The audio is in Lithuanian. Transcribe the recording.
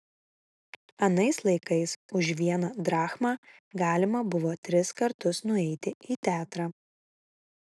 anais laikais už vieną drachmą galima buvo tris kartus nueiti į teatrą